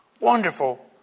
wonderful